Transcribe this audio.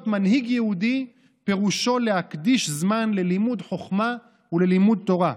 להיות מנהיג יהודי פירושו להקדיש זמן ללימוד חוכמה וללימוד תורה.